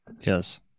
Yes